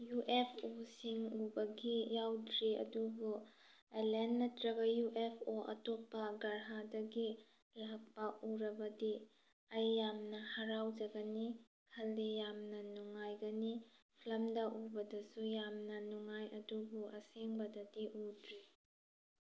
ꯌ꯭ꯎꯨꯑꯦꯐꯑꯣꯁꯤꯡ ꯎꯕꯒꯤ ꯌꯥꯎꯗ꯭ꯔꯤ ꯑꯗꯨꯕꯨ ꯑꯦꯂꯦꯟ ꯅꯠꯇ꯭ꯔꯒ ꯌ꯭ꯎꯨ ꯑꯦꯐ ꯑꯣ ꯑꯇꯣꯞꯄ ꯒ꯭ꯔꯥꯍꯗꯒꯤ ꯂꯥꯛꯄ ꯎꯔꯕꯗꯤ ꯑꯩ ꯌꯥꯝꯅ ꯍꯔꯥꯎꯖꯒꯅꯤ ꯈꯜꯂꯤ ꯌꯥꯝꯅ ꯅꯨꯡꯉꯥꯏꯒꯅꯤ ꯐꯤꯂꯝꯗ ꯎꯕꯗꯨꯁꯨ ꯌꯥꯝꯅ ꯅꯨꯡꯉꯥꯏ ꯑꯗꯨꯕꯨ ꯑꯁꯦꯡꯕꯗꯗꯤ ꯎꯗ꯭ꯔꯤ